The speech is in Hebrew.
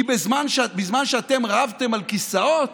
כי בזמן שאתם רבתם על כיסאות